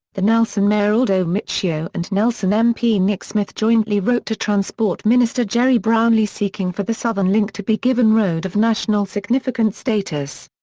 the nelson mayor aldo miccio and nelson mp nick smith jointly wrote to transport minister gerry brownlee seeking for the southern link to be given road of national significance status.